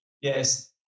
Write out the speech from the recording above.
Yes